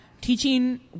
teaching